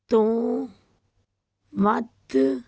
ਤੋਂ ਵੱਧ